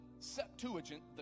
Septuagint